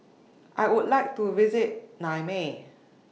I Would like to visit Niamey